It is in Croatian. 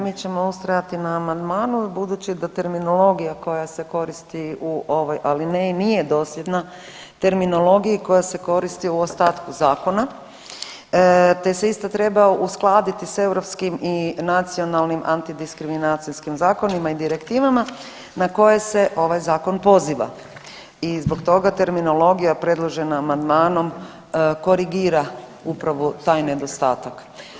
Mi ćemo ustrajati na amandmanu budući da terminologija koja se koristi u ovoj alineji nije dosljedna terminologiji koja se koristi u ostatku zakona te se ista treba uskladiti s europskim i nacionalnim anti diskriminacijskim zakonima i direktivama na koje se ovaj zakon poziva i zbog toga terminologija predložena amandmanom korigira upravo taj nedostatak.